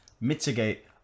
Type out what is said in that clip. mitigate